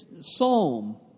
psalm